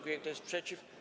Kto jest przeciw?